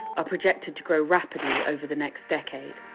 ah projected to grow rapidly over the next decade